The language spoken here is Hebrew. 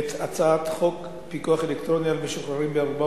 את הצעת חוק פיקוח אלקטרוני על משוחררים בערובה